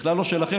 בכלל לא שלכם.